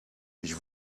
ich